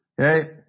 Okay